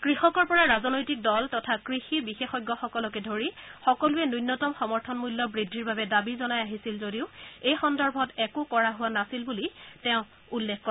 কৃষকৰ পৰা ৰাজনৈতিক দল তথা কৃষি বিশেষজ্ঞসকলকে ধৰি সকলোৱে ন্যনতম সমৰ্থন মূল্য বৃদ্ধিৰ বাবে দাবী জনাই আহিছিল যদিও এই সন্দৰ্ভত একো কৰা হোৱা নাছিল বুলি তেওঁ উল্লেখ কৰে